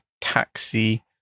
taxi